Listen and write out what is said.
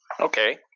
Okay